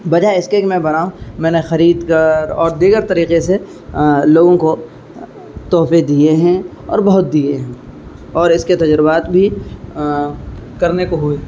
بجائے اس کے کہ میں بناؤں میں نے خرید کر اور دیگر طریقے سے لوگوں کو تحفے دیے ہیں اور بہت دیے ہیں اور اس کے تجربات بھی کرنے کو ہوئے